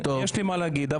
יש לי מה להגיד,